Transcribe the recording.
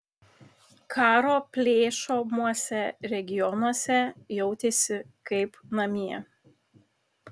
karo plėšomuose regionuose jautėsi kaip namie